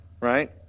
right